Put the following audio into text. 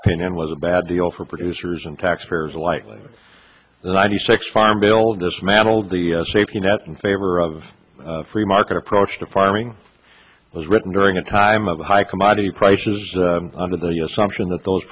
opinion was a bad deal for producers and taxpayers likely the ninety six farm bill dismantled the safety net in favor of free market approach to farming was written during a time of high commodity prices under the assumption that those